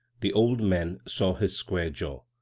the old men saw his square jaw,